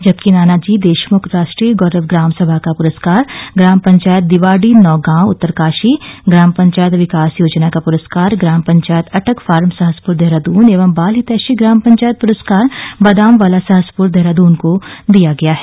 जबकि नानाजी देशमुख राष्ट्रीय गौरव ग्राम सभा का पुरस्कार ग्राम पंचायत दिवाडी नौगाव उत्तरकाशी ग्राम पंचायत विकास योजना का पुरस्कार ग्राम पंचायत अटक फॉर्म सहसपुर देहरादून एवं बाल हितैषी ग्राम पंचायत पुरस्कार बादाम वाला सहसपुर देहरादून को दिया गया है